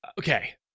Okay